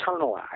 internalize